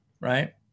right